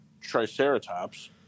Triceratops